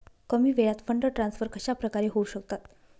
कमी वेळात fund transfer कशाप्रकारे होऊ शकतात?